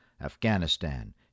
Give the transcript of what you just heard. Afghanistan